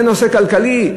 זה נושא כלכלי?